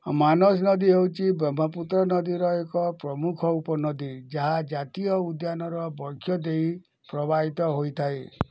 ମାନସ ନଦୀ ହେଉଛି ବ୍ରହ୍ମପୁତ୍ର ନଦୀର ଏକ ପ୍ରମୁଖ ଉପନଦୀ ଯାହା ଜାତୀୟ ଉଦ୍ୟାନର ବକ୍ଷ ଦେଇ ପ୍ରବାହିତ ହୋଇଥାଏ